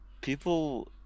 people